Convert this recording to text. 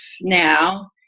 now